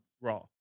Raw